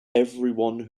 everyone